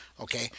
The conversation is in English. Okay